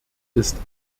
ist